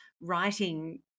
writing